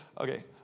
okay